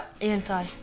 anti